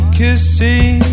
kissing